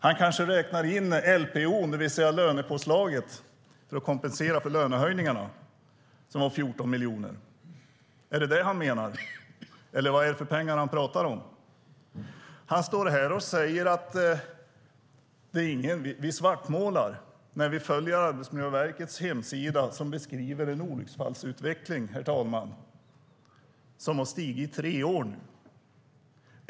Han kanske räknar in LPO:n, det vill säga lönepåslaget för att kompensera för lönehöjningarna, som var 14 miljoner. Är det vad han menar? Eller vad är det för pengar han talar om? Han står här och säger att vi svartmålar när vi följer Arbetsmiljöverkets hemsida som beskriver en olyckfallsutveckling som nu har stigit i tre år.